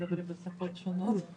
כמה סך הכול האוכלוסייה שאתה כרגע מונה?